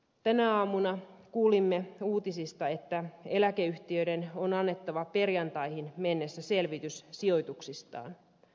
tänä aamuna kuulimme uutisista että eläkeyhtiöiden on annettava perjantaihin mennessä selvitys sijoituksistaan